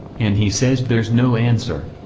and he says there's no answer.